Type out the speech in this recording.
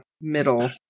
Middle